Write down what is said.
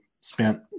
spent